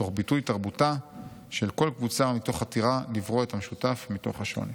תוך ביטוי תרבותה של כל קבוצה ומתוך חתירה לברור את המשותף מתוך השוני".